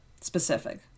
specific